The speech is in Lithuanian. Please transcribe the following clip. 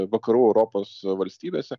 vakarų europos valstybėse